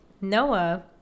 Noah